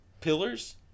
pillars